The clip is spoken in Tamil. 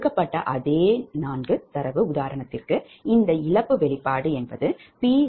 கொடுக்கப்பட்ட அதே நான்கு தரவு உதாரணத்திற்கு இந்த இழப்பு வெளிப்பாடு PLoss0